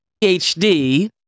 PhD